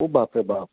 ઓ બાપ રે બાપ